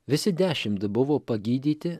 visi dešimt buvo pagydyti